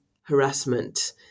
harassment